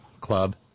club